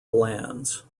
lands